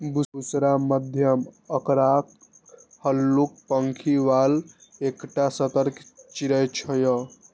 बुशरा मध्यम आकारक, हल्लुक पांखि बला एकटा सतर्क चिड़ै छियै